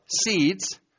seeds